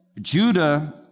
Judah